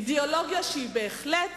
אידיאולוגיה שהיא בהחלט